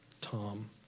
Tom